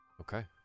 Okay